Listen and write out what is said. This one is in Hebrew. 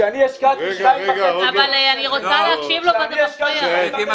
כשאני השקעתי 2.5 מיליון --- אני רוצה להקשיב לו ואתה מפריע לי.